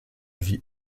vit